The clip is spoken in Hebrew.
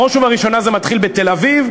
בראש ובראשונה זה מתחיל בתל-אביב,